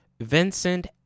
Vincent